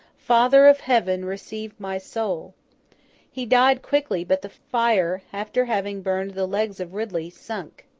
father of heaven, receive my soul he died quickly, but the fire, after having burned the legs of ridley, sunk.